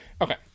okay